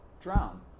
drown